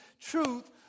truth